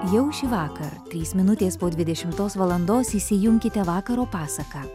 jau šįvakar trys minutės po dvidešimtos valandos įsijunkite vakaro pasaką